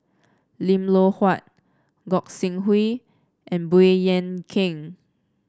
Lim Loh Huat Gog Sing Hooi and Baey Yam Keng